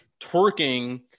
twerking